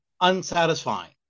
unsatisfying